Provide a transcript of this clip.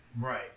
Right